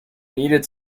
needed